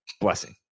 Blessing